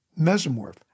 Mesomorph